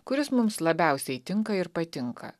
kuris mums labiausiai tinka ir patinka